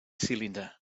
cylinder